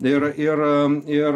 ir ir ir